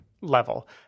level